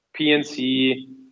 PNC